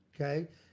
okay